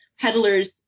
Peddlers